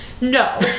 No